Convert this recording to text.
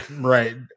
Right